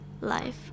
life